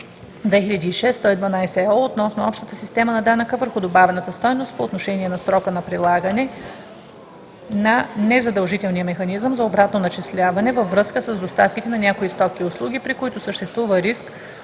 2006/112/ЕО относно общата система на данъка върху добавената стойност по отношение на срока на прилагане на незадължителния механизъм за обратно начисляване във връзка с доставките на някои стоки и услуги, при които съществува риск